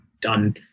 done